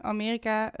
Amerika